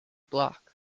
block